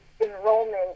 enrollment